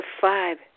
five